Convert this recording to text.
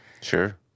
Sure